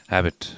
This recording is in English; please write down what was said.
Habit